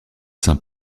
saint